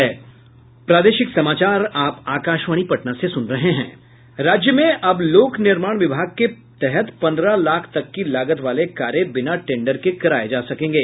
राज्य में अब लोक निर्माण विभाग के तहत पन्द्रह लाख तक की लागत वाले कार्य बिना टेंडर के कराये जा सकेंगे